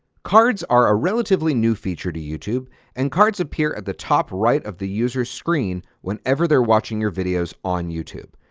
cards are a relatively new feature to youtube and cards appear at the top-right of the user's screen whenever they are watching your videos on youtube.